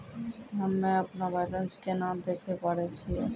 हम्मे अपनो बैलेंस केना देखे पारे छियै?